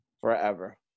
forever